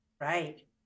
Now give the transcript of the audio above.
Right